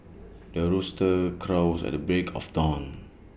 the rooster crows at the break of dawn